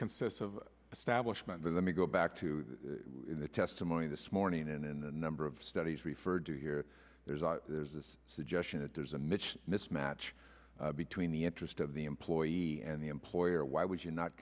consists of establishment let me go back to the testimony this morning and in the number of studies referred to here there's this suggestion that there's a niche mismatch between the interest of the employee and the employer why would you not